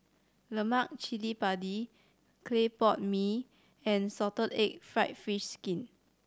lemak cili padi clay pot mee and salted egg fried fish skin